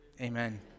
Amen